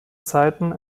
zeiten